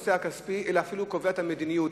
אלא אפילו קובע את המדיניות.